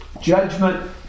Judgment